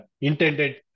intended